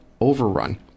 Overrun